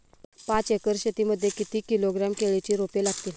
पाच एकर शेती मध्ये किती किलोग्रॅम केळीची रोपे लागतील?